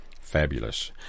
Fabulous